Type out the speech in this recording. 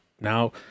now